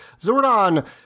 Zordon